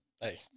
Hey